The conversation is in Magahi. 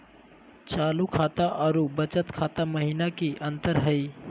चालू खाता अरू बचत खाता महिना की अंतर हई?